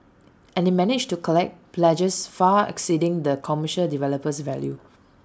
and they managed to collect pledges far exceeding the commercial developer's value